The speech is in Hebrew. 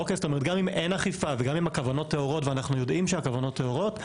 גם אם אין אכיפה וגם אם הכוונות טהורות ואנחנו יודעים שהכוונות טהורות,